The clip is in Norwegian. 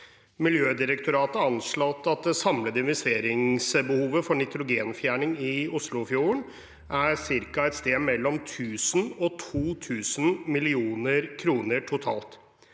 Miljødirektoratet har anslått at det samlede investeringsbehovet for nitrogenfjerning i Oslofjorden er på et sted mellom 1 000 og 2 000 mill. kr totalt.